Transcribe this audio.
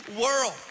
world